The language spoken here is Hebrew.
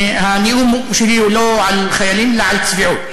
הנאום שלי הוא לא על חיילים אלא על צביעות.